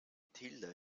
tilda